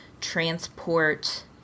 transport